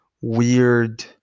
weird